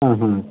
ஆஹ